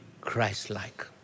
Christ-like